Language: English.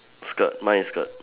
skirt mine is skirt